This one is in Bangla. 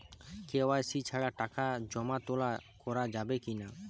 কে.ওয়াই.সি ছাড়া টাকা জমা তোলা করা যাবে কি না?